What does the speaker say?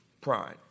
pride